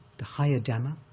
the higher dhamma,